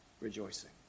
rejoicing